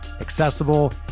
accessible